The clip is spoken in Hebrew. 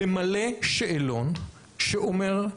למלא שאלון שאומר,